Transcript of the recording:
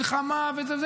מלחמה וזה,